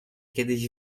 kiedyś